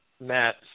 Matt